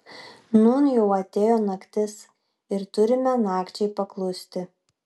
nūn jau atėjo naktis ir turime nakčiai paklusti